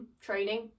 training